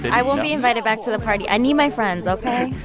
i won't be invited back to the party. i need my friends, ok?